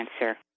answer